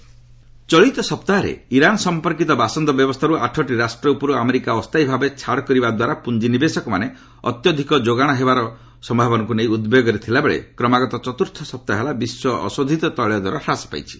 crude oil ଚଳିତ ସପ୍ଟାହରେ ଇରାନ୍ ସମ୍ପର୍କୀତ ବାସନ୍ଦ ବ୍ୟବସ୍ଥାର୍ ଆଠଟି ରାଷ୍ଟ ଉପର୍ ଆମେରିକା ଅସ୍ଥାୟୀ ଭାବେ ଛାଡ଼ କରିବା ଦ୍ୱାରା ପ୍ରଞ୍ଜିନିବେଶକମାନେ ଅତ୍ୟଧିକ ଯୋଗାଣ ହେବାର ସମ୍ଭାବନାକୁ ନେଇ ଉଦ୍ବେଗରେ ଥିଲାବେଳେ କ୍ରମାଗତ ଚତୁର୍ଥ ସପ୍ତାହ ହେଲା ବିଶ୍ୱ ଅଶୋଧିତ ତୈଳ ଦର ହ୍ରାସ ପାଇଛି